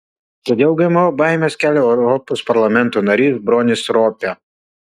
kodėl gmo baimes kelia europos parlamento narys bronis ropė